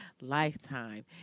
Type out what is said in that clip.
Lifetime